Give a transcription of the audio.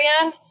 area